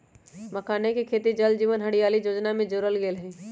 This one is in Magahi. मखानके खेती के जल जीवन हरियाली जोजना में जोरल गेल हई